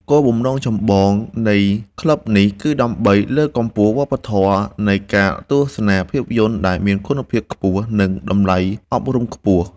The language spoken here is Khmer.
គោលបំណងចម្បងនៃក្លឹបនេះ គឺដើម្បីលើកកម្ពស់វប្បធម៌នៃការទស្សនាភាពយន្តដែលមានគុណភាព និងតម្លៃអប់រំខ្ពស់។